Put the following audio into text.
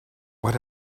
what